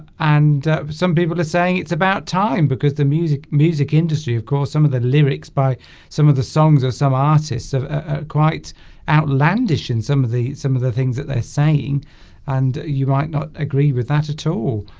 and some people are saying it's about time because the music music industry of course some of the lyrics by some of the songs or some artists of ah quite outlandish and some of the some of the things that they're saying and you might not agree with that at all